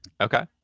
Okay